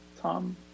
tom